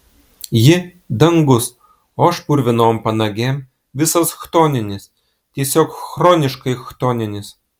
ji dangus o aš purvinom panagėm visas chtoninis tiesiog chroniškai chtoninis